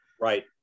right